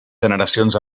generacions